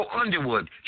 Underwood